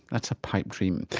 that's a pipe dream,